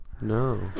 No